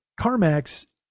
CarMax